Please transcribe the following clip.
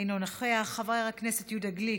אינו נוכח, חבר הכנסת יהודה גליק,